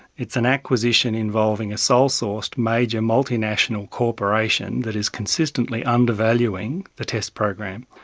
it's an acquisition involving a sole sourced major multi-national corporation that is consistently undervaluing the test program,